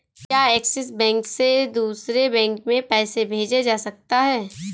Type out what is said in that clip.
क्या Axis bank से दूसरे बैंक में पैसे भेजे जा सकता हैं?